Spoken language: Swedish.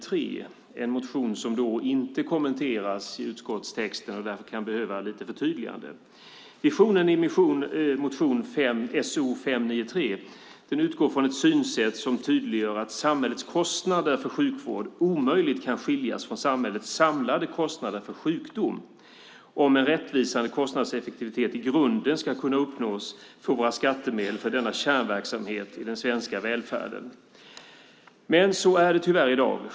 Det är en motion som inte kommenteras i utskottstexten och som därför kan behöva ett litet förtydligande. Visionen i motion So593 utgår från ett synsätt som tydliggör att samhällets kostnader för sjukvård omöjligt kan skiljas från samhällets samlade kostnader för sjukdom, om rättvisande kostnadseffektivitet i grunden ska kunna uppnås när det gäller våra skattemedel för denna kärnverksamhet i den svenska välfärden. Men så här är det tyvärr i dag.